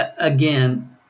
again